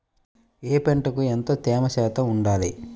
ఏ పంటకు ఎంత తేమ శాతం ఉండాలి?